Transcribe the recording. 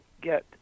get